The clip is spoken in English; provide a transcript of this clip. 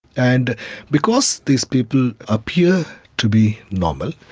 and because these people appear to be normal,